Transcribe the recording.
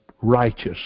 righteous